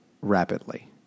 rapidly